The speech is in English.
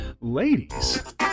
Ladies